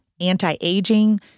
anti-aging